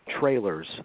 trailers